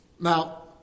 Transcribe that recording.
Now